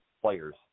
players